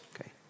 okay